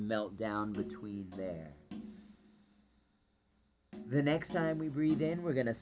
melt down between there the next time we breathe then we're going to